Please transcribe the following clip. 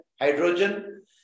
hydrogen